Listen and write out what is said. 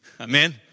Amen